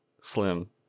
slim